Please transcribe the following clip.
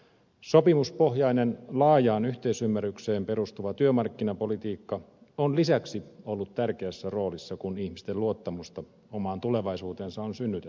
sopimuspohjainen laajaan yhteisymmärrykseen perustuva työmarkkinapolitiikka on lisäksi ollut tärkeässä roolissa kun ihmisten luottamusta omaan tulevaisuuteensa on synnytetty